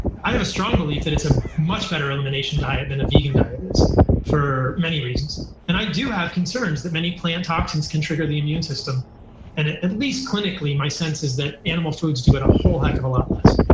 i have a strong belief that it's a much better elimination diet than a vegan diet is for many reasons. and i do have concerns that many plant toxins can trigger the immune system. and at least clinically, my sense is that animal foods do it a whole heck of a lot less.